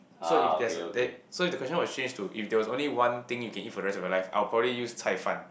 so if there's there so if the question was changed to if there was only one thing you can eat for the rest of your life I would probably use 菜贩